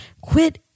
Quit